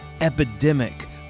epidemic